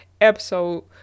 episode